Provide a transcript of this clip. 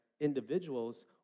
individuals